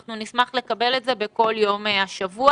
אנחנו נשמח לקבל את זה בכל יום השבוע.